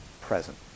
present